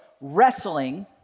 wrestling